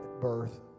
birth